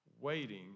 waiting